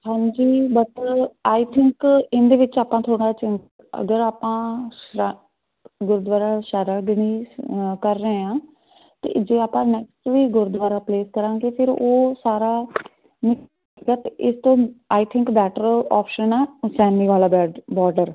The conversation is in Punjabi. ਹਾਂਜੀ ਬਟ ਆਈ ਥਿੰਕ ਇਹਦੇ ਵਿੱਚ ਆਪਾਂ ਥੋੜ੍ਹਾ ਜਿਹਾ ਅਗਰ ਆਪਾਂ ਸਾ ਗੁਰਦੁਆਰਾ ਸਾਰਾ ਗੜ੍ਹੀ 'ਚ ਕਰ ਰਹੇ ਹਾਂ ਅਤੇ ਜੇ ਆਪਾਂ ਨੈਕਸਟ ਵੀ ਗੁਰਦੁਆਰਾ ਪਲੇਸ ਕਰਾਂਗੇ ਤਾਂ ਫਿਰ ਉਹ ਸਾਰਾ ਇਸ ਤੋਂ ਆਈ ਥਿੰਕ ਬੈਟਰ ਓਪਸ਼ਨ ਆ ਹੁਸੈਨੀ ਵਾਲਾ ਬੈਡ ਬੋਡਰ